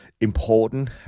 important